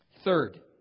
Third